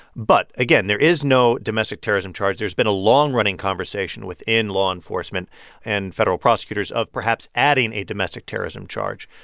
but, again, there is no domestic terrorism charge. there's been a long-running conversation within law enforcement and federal prosecutors of, perhaps, adding a domestic terrorism charge.